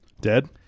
Dead